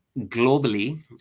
globally